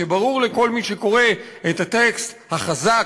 שברור לכל מי שקורא את הטקסט החזק,